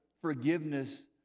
forgiveness